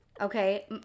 Okay